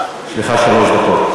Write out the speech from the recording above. יש לך שלוש דקות.